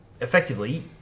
Effectively